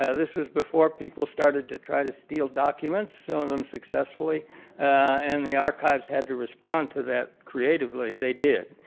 ah this was before people started to try to steal documents, some so of them successfully and the archives had to respond to that creatively. they did.